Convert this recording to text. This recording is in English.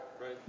Right